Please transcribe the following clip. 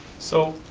so,